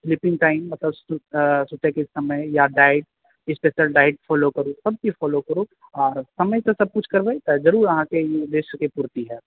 sleeping time मतलब सुतै के समय या डायट स्पेशल डायट फॉलो करू सब चीज फॉलो करू आ समय सॅं सब कुछ करबै तऽ जरुर अहाँ के ई बेस्ट अप्पोरचुनिटी हैत